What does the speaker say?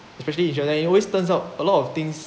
especially insurance agent it always turns out a lot of things